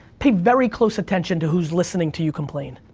pay very close attention to who's listening to you complain.